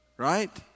Right